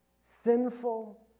sinful